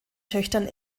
töchtern